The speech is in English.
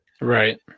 right